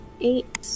eight